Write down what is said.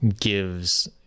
gives